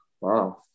Wow